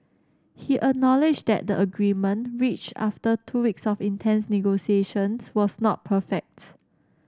he acknowledged that the agreement reached after two weeks of intense negotiations was not perfect